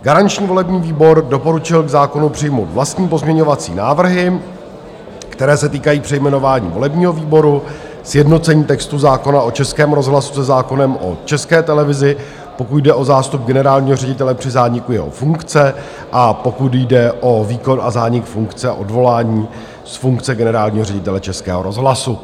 Garanční volební výbor doporučil k zákonu přijmout vlastní pozměňovací návrhy, které se týkají přejmenování volebního výboru, sjednocení textu zákona o Českém rozhlasu se zákonem o České televizi, pokud jde o zástup generálního ředitele při zániku jeho funkce a pokud jde o výkon a zánik funkce a odvolání z funkce generálního ředitele Českého rozhlasu.